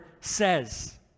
says